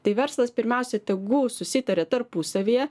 tai verslas pirmiausia tegul susitaria tarpusavyje